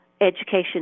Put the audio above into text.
education